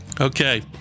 Okay